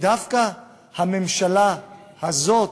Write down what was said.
ודווקא הממשלה הזאת